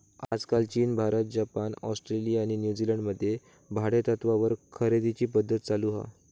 आजकाल चीन, Bharat, Japan, Australia आणि न्यूजीलंड मध्ये भाडेतत्त्वावर खरेदीची पध्दत चालु हा